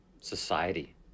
society